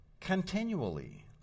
continually